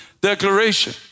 declaration